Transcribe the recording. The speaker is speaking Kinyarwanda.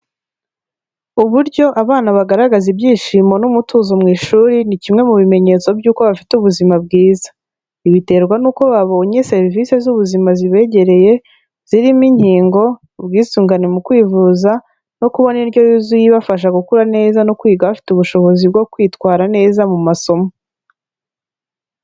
Uburyo abana bagaragaza ibyishimo n'umutuzo mu ishuri ni kimwe mu bimenyetso by'uko bafite ubuzima bwiza, ibi biterwa n'uko babonye serivisi z'ubuzima zibegereye zirimo inkingo, ubwisungane mu kwivuza no kubona indyo yuzuye ibafasha gukura neza no kwiga bafite ubushobozi bwo kwitwara neza mu masomo.